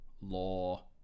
Law